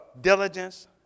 diligence